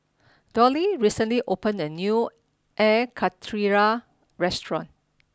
Doyle recently opened a new air Karthira restaurant